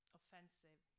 offensive